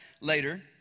later